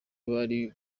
bari